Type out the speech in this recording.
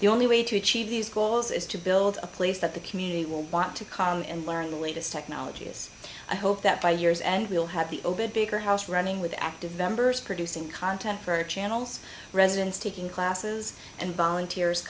the only way to achieve these goals is to build a place that the community will want to come and learn the latest technologies i hope that by year's end we'll have the obod bigger house running with active members producing content for channels residents taking classes and volunteers